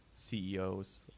CEOs